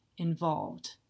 involved